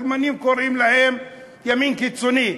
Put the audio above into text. הגרמנים קוראים להם ימין קיצוני,